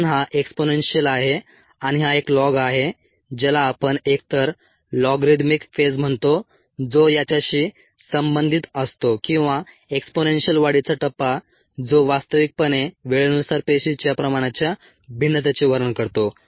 कारण हा एक्सपोनेंशियल आहे आणि हा एक लॉग आहे ज्याला आपण एकतर लॉगरिदमिक फेज म्हणतो जो याच्याशी संबंधित असतो किंवा एक्सपोनेंशियल वाढीचा टप्पा जो वास्तविकपणे वेळेनुसार पेशीच्या प्रमाणाच्या भिन्नतेचे वर्णन करतो